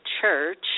church